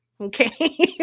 okay